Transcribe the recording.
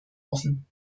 offen